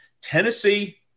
Tennessee